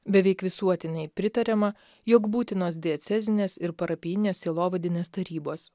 beveik visuotinai pritariama jog būtinos diecezinės ir parapijinės sielovadinės tarybos